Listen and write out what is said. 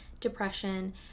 depression